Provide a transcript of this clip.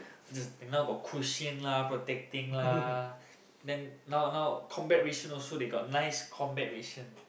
just now got cushion lah protecting lah then now now combat ration also got nice combat ration